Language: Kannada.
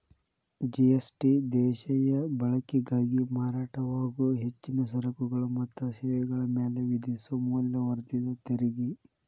ಜಿ.ಎಸ್.ಟಿ ದೇಶೇಯ ಬಳಕೆಗಾಗಿ ಮಾರಾಟವಾಗೊ ಹೆಚ್ಚಿನ ಸರಕುಗಳ ಮತ್ತ ಸೇವೆಗಳ ಮ್ಯಾಲೆ ವಿಧಿಸೊ ಮೌಲ್ಯವರ್ಧಿತ ತೆರಿಗಿ